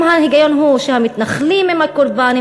אם ההיגיון הוא שהמתנחלים הם הקורבן,